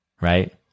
right